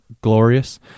glorious